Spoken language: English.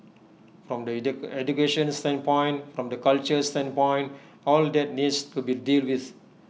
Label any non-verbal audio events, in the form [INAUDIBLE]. from the [NOISE] education standpoint from the culture standpoint all that needs to be dealt with